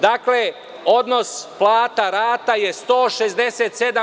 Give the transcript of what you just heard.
Dakle, odnos plata – rata je 167%